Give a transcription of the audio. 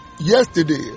Yesterday